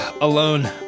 alone